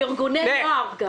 מארגוני הנוער גם.